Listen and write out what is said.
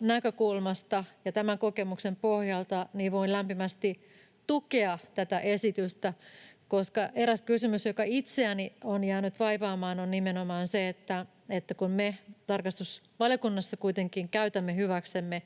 näkökulmasta ja tämän kokemuksen pohjalta voin lämpimästi tukea tätä esitystä, koska eräs kysymys, joka itseäni on jäänyt vaivaamaan, on nimenomaan se, että kun me tarkastusvaliokunnassa kuitenkin käytämme hyväksemme